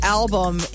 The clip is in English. album